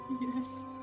Yes